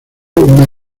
una